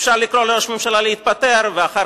אפשר לקרוא לראש הממשלה להתפטר ואחר